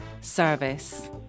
service